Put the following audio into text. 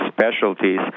specialties